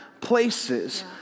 places